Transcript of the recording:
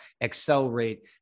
accelerate